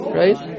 right